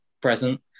present